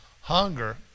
hunger